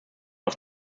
auf